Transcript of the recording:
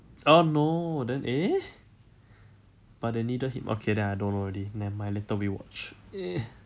orh no then eh but they needed him but okay I don't know already never mind later we watch eh